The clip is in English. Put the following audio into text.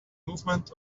movement